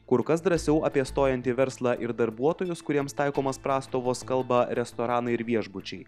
kur kas drąsiau apie stojantį verslą ir darbuotojus kuriems taikomas prastovos kalba restoranai ir viešbučiai